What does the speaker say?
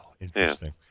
Interesting